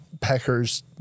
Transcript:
peckers